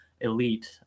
Elite